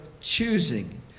choosing